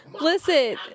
listen